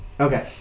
Okay